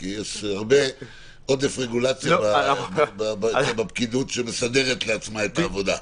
כי יש עודף רגולציה בפקידות שמסדרת לעצמה את העבודה.